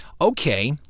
okay